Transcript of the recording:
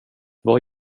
vad